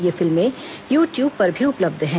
ये फिल्में YouTube पर भी उपलब्ध हैं